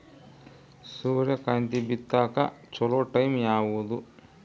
ಸೂರ್ಯಕಾಂತಿ ಬಿತ್ತಕ ಚೋಲೊ ಟೈಂ ಯಾವುದು?